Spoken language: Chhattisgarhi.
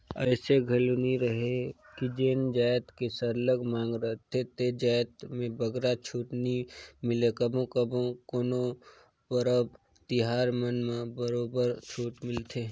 अइसे घलो नी रहें कि जेन जाएत के सरलग मांग रहथे ते जाएत में बगरा छूट नी मिले कभू कभू कोनो परब तिहार मन म बरोबर छूट मिलथे